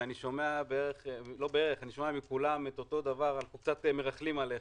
אני שומע מכולם אותו דבר כולם